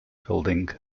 building